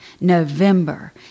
November